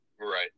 right